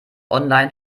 online